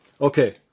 okay